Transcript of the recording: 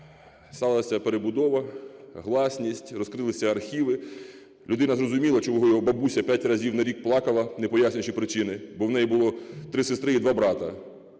сталася перебудова, гласність, розкрилися архіви, людина зрозуміла, чого його бабуся п'ять разів на рік плакала, не пояснюючи причини. Бо у неї було три сестри і два брати,